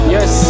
Yes